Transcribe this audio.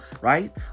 right